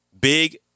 Big